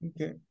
Okay